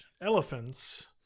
elephants